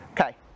Okay